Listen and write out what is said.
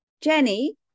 Jenny